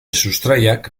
sustraiak